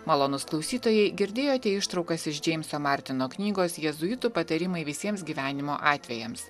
malonūs klausytojai girdėjote ištraukas iš džeimso martino knygos jėzuitų patarimai visiems gyvenimo atvejams